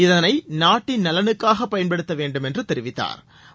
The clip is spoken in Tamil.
இதனை நாட்டின் நலனுக்காக பயன்படுத்த வேண்டுமென்று தெரிவித்தாா்